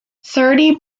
thirty